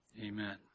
Amen